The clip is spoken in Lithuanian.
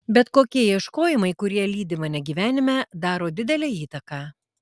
bet kokie ieškojimai kurie lydi mane gyvenime daro didelę įtaką